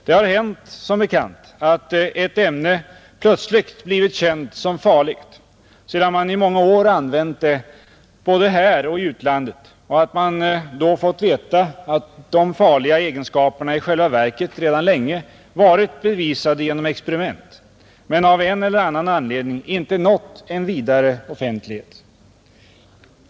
Det har hänt, som bekant, att ett ämne plötsligt blir känt som farligt — sedan det i många år använts både här och i utlandet. Man har då fått veta att de farliga egenskaperna i själva verket redan länge varit bevisade genom experiment, men uppgifter härom har av en eller annan anledning inte nått en vidare offentlighet.